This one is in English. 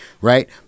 right